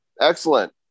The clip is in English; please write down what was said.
excellent